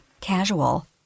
casual